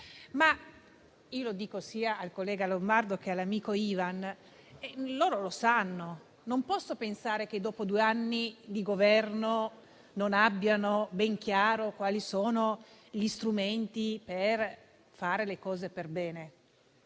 Mi rivolgo sia al collega Lombardo che all'amico Ivan per dire che non posso pensare che dopo due anni di Governo non si abbiano ben chiari gli strumenti per fare le cose perbene.